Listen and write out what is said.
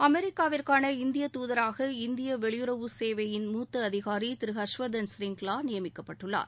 அமெரிக்காவிற்காக இந்திய தூதராக இந்திய வெளியுறவு சேவையின் முத்த அதிகாரி திரு ஹர்ஸ்வர்தன் சிரிங்ளா நியமிக்கப்பட்டுள்ளாார்